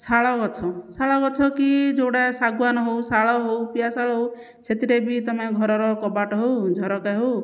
ଶାଳଗଛ ଶାଳଗଛ କି ଯେଉଁଟା ଶାଗୁଆନ ହଉ ଶାଳ ହଉ ପିଆଶାଳ ହଉ ସେଥିରେ ବି ତୁମେ ଘରର କବାଟ ହଉ ଝରକା ହଉ